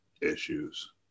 issues